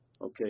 okay